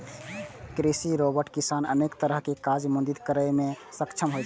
कृषि रोबोट किसान कें अनेक तरहक काज मे मदति करै मे सक्षम होइ छै